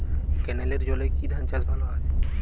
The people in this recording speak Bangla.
ক্যেনেলের জলে কি ধানচাষ ভালো হয়?